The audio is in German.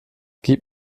gib